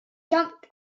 jumped